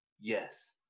yes